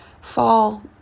Fall